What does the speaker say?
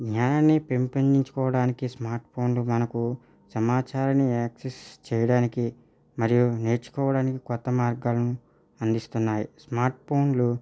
జ్ఞానాన్ని పెంపొందించుకోవడానికి స్మార్ట్ఫోన్లు మనకు సమాచారాన్ని యాక్సిస్ చేయడానికి మరియు నేర్చుకోవడానికి క్రొత్త మార్గాలను అందిస్తున్నాయి స్మార్ట్ఫోన్లు